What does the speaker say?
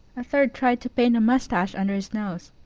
a third tried to paint a mustache under his nose.